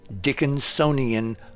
Dickinsonian